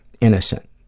innocent